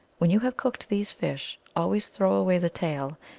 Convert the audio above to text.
when you have cooked these fish, always throw away the tail,